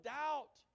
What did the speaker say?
doubt